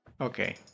Okay